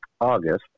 August